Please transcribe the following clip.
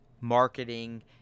marketing